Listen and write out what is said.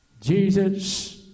Jesus